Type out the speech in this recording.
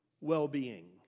well-being